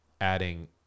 adding